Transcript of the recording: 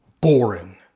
boring